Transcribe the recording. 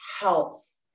health